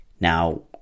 Now